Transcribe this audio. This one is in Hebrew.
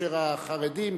כאשר החרדים,